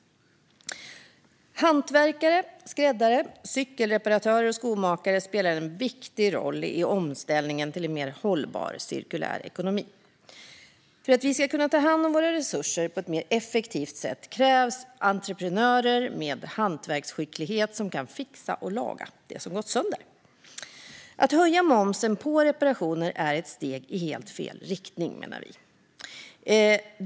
Hantverkare, skräddare, cykelreparatörer och skomakare spelar en viktig roll i omställningen till en mer hållbar och cirkulär ekonomi. För att vi ska kunna ta hand om våra resurser på ett mer effektivt sätt krävs entreprenörer med hantverksskicklighet som kan fixa och laga det som har gått sönder. Att höja momsen på reparationer är ett steg i helt fel riktning, menar vi.